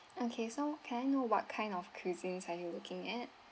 okay so can I know what kind of cuisines are you looking at